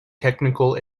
technical